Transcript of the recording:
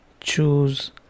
choose